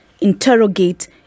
interrogate